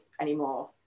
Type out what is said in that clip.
anymore